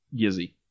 Gizzy